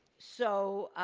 so,